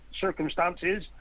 circumstances